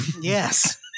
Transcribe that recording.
Yes